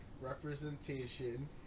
representation